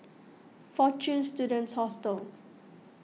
fortune Students Hostel